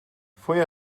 foi